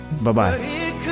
Bye-bye